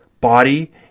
body